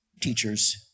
teachers